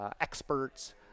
experts